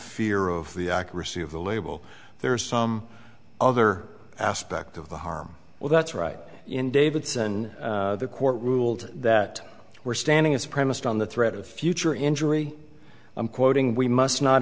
fear of the accuracy of the label there is some other aspect of the harm well that's right in davidson the court ruled that were standing is premised on the threat of future injury i'm quoting we must not